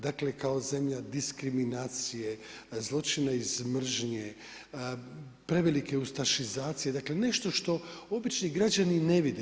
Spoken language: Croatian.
Dakle, kao zemlja diskriminacije, zločine iz mržnje, prevelike ustašizacije, dakle, nešto što obični građani ne vide.